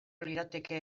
lirateke